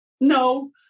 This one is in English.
No